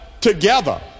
together